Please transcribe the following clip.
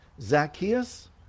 Zacchaeus